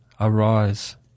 Arise